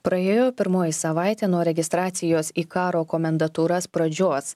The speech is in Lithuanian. praėjo pirmoji savaitė nuo registracijos į karo komendantūras pradžios